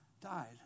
died